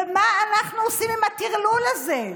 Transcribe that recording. ומה אנחנו עושים עם הטרלול הזה,